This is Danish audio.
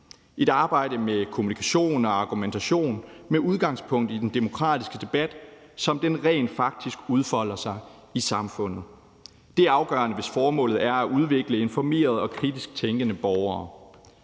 et arbejde med kommunikation og argumentation med udgangspunkt i den demokratiske debat, som den rent faktisk udfolder sig i samfundet. Det er afgørende, hvis formålet er at udvikle informerede og kritisk tænkende borgere.